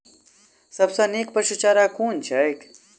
सबसँ नीक पशुचारा कुन छैक?